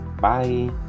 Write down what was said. Bye